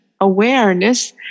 awareness